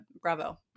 bravo